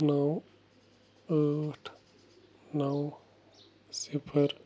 نَو ٲٹھ نَو صِفَر